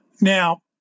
Now